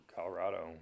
Colorado